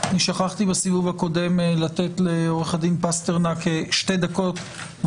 שכחתי בסיבוב הקודם לתת את רשות הדיבור לעורך הדין פסטרנק לשתי דקות.